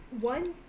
one